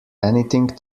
anything